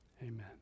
amen